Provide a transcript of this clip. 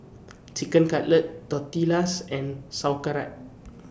Chicken Cutlet Tortillas and Sauerkraut